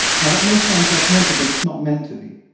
now, that may sound judgmental, but it's not meant to be.